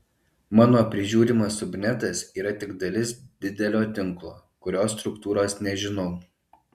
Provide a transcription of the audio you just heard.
mano prižiūrimas subnetas yra tik dalis didelio tinklo kurio struktūros nežinau